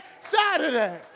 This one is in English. Saturday